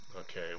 okay